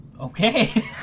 Okay